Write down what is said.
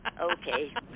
Okay